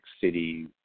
city